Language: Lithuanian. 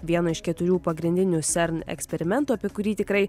vieno iš keturių pagrindinių cern eksperimentų apie kurį tikrai